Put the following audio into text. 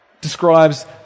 describes